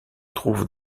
trouve